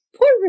poor